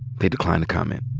they declined to comment.